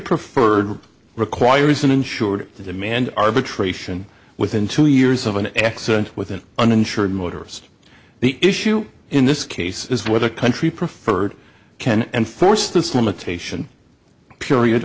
preferred requires an insured to demand arbitration within two years of an accident with an uninsured motorist the issue in this case is whether country preferred can enforce this limitation period